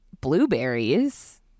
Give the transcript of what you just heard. blueberries